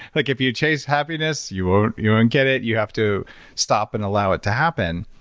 like if you chase happiness, you won't you won't get it. you have to stop and allow it to happen,